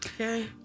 Okay